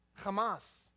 Hamas